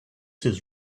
his